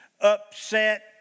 upset